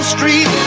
Street